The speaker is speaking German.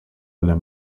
aller